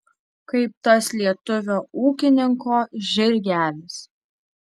kaip tas lietuvio ūkininko žirgelis